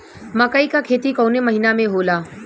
मकई क खेती कवने महीना में होला?